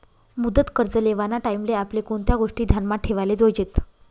मुदत कर्ज लेवाना टाईमले आपले कोणत्या गोष्टी ध्यानमा ठेवाले जोयजेत